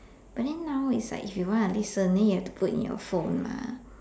but then now is like if you want to listen then you have to put in your phone mah